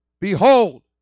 Behold